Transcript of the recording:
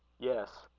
yes.